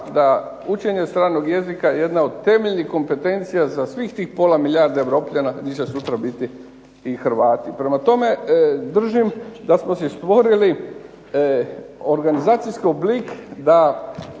da učenje stranog jezika je jedna od temeljnih kompetencija za svih tih pola milijarde Europljana, gdje će sutra biti i Hrvati. Prema tome, držim da smo si stvorili organizacijski oblik da